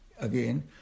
again